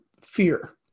fear